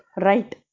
right